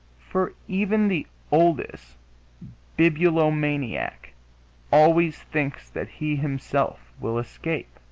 for even the oldest bibulomaniac always thinks that he himself will escape.